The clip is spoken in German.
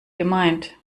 gemeint